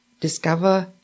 Discover